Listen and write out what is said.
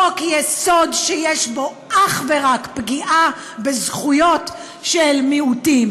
חוק-יסוד שיש בו אך ורק פגיעה בזכויות של מיעוטים.